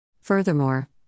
Furthermore